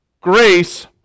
Grace